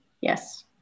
Yes